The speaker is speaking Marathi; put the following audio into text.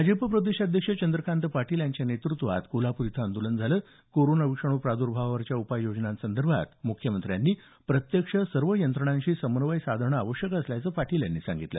भाजप प्रदेशाध्यक्ष चंद्रकांत पाटील यांच्या नेत़त्वात कोल्हापूर इथं आंदोलन झालं कोरोना विषाणू प्रादर्भावावरच्या उपाययोजनांसंदर्भात मुख्यमंत्र्यांनी प्रत्यक्ष सर्व यंत्रणांशी समन्वय साधणं आवश्यक असल्याचं पाटील यांनी सांगितलं